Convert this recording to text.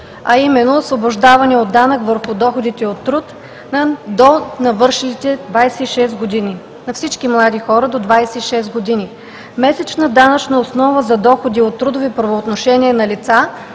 а именно: освобождаване от данък върху доходите от труд за навършилите 26 години, на всички млади хора до 26 години; месечна данъчна основа за доходи от трудови правоотношения на лица,